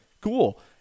cool